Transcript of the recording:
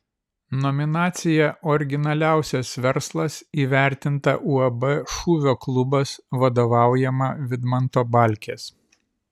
nominacija originaliausias verslas įvertinta uab šūvio klubas vadovaujama vidmanto balkės